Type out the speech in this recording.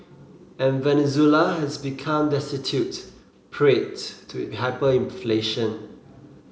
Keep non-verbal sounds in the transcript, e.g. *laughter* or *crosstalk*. and Venezuela has become destitute *unintelligible* to hyperinflation